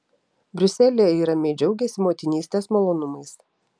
briuselyje ji ramiai džiaugiasi motinystės malonumais